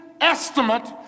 estimate